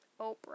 Oprah